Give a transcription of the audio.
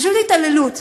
פשוט התעללות.